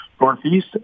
Northeast